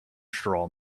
straw